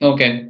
Okay